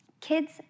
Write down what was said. Kids